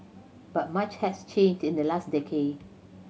but much has changed in the last decade